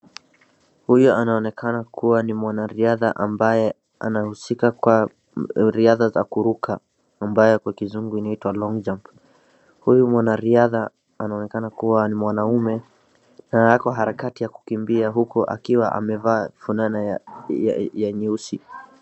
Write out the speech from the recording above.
Huyu anaonekana kuwa ni mwanariadha ambaye anahusika kwa riadha za kuruka amabye kwa kizungu inaitwa long jump . Huyu mwanariadha anaonekana kuwa ni mwanaume na ako harakati ya kukimbia huku akiwa amevaa fulana ya nyeusi.